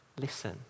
Listen